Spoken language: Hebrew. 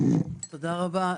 תודה רבה.